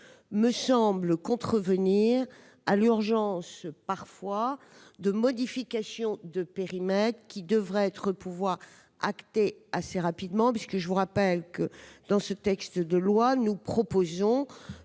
me semble contrevenir à l'urgence de procéder à des modifications de périmètre qui devraient pouvoir être actées assez rapidement. Je vous rappelle que, dans ce texte de loi, nous proposons